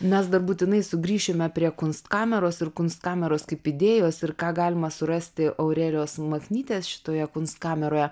mes dar būtinai sugrįšime prie kunstkameros ir kunstkameros kaip idėjos ir ką galima surasti aurelijos maknytės šitoje kunstkameroje